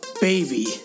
baby